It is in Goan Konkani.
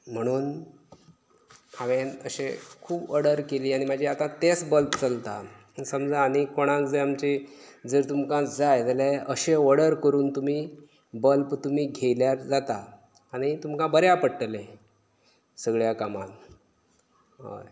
म्हणून हांवेन अशें खूब ऑर्डर केली आनी म्हाजें आतां तेंच बल्ब चलता आनी समजा आनी कोणाक जर आमचें जर तुमकां जाय जाल्यार अशें ऑर्डर करून तुमी बल्ब तुमी घेतल्यार जाता आनी तुमकां बऱ्याक पडटलें सगळ्या कामात हय